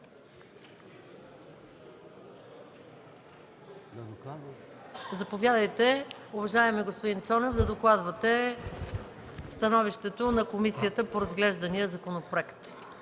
Заповядайте, уважаеми господин Цонев, да докладвате становището на комисията по разглеждания законопроект.